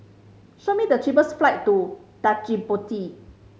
show me the cheapest flight to Djibouti